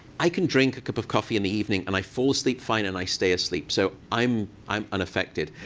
i can drink a cup of coffee in the evening and i fall asleep fine, and i stay asleep, so i'm i'm unaffected,